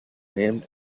names